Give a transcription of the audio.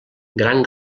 gran